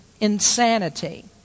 Insanity